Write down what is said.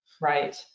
Right